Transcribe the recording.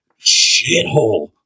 shithole